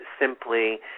simply